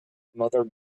mother